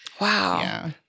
Wow